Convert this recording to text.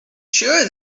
sure